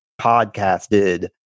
podcasted